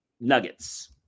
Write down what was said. nuggets